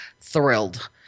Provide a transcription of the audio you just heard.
thrilled